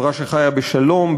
חברה שחיה בשלום,